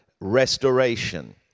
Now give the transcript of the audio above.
restoration